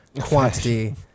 quantity